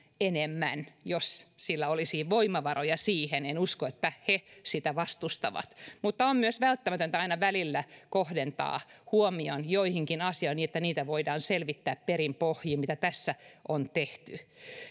enemmän jos olisi voimavaroja siihen en usko että he sitä vastustavat mutta on myös välttämätöntä aina välillä kohdentaa huomio joihinkin asioihin niin että niitä voidaan selvittää perin pohjin mitä tässä on tehty